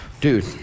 dude